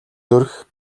зүрх